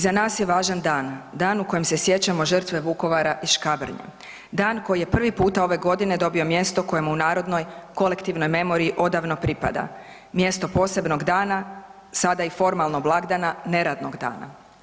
nas je važan dan, dan u kojem se sjećamo žrtve Vukovara i Škabrnje, dan koji je prvi puta ove godine dobio mjesto koje mu u narodnoj, kolektivnoj memoriji odavno pripada, mjesto posebnog dana, sada i formalno blagdana, neradnog dana.